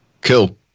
Cool